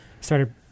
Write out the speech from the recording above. started